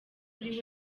kuri